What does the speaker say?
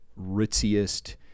ritziest